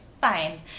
fine